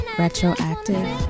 retroactive